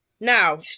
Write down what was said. Now